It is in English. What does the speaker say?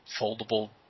foldable